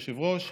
יושב-ראש,